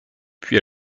puis